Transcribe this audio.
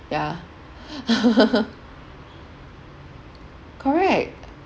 yeah correct